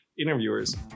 interviewers